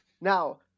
Now